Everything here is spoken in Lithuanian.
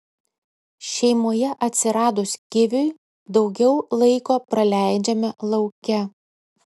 šeimoje atsiradus kiviui daugiau laiko praleidžiame lauke